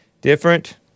different